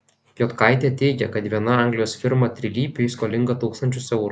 jotkaitė teigė kad viena anglijos firma trilypiui skolinga tūkstančius eurų